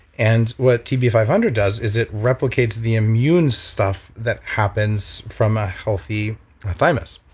and what tb five hundred does is it replicates the immune stuff that happens from a healthy thymus.